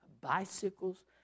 bicycles